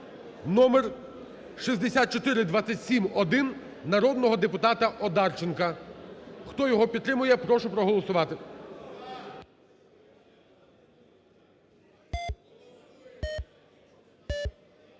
(номер 6427-1) народного депутата Одарченка. Хто його підтримує, прошу проголосувати.